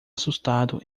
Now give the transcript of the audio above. assustado